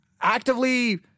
actively